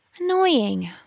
Annoying